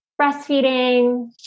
breastfeeding